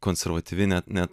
konservatyvi net net